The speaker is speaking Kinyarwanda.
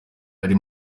ari